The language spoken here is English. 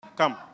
Come